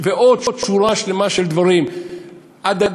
שלא הייתה,